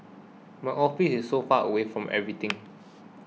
my office is so far away from everything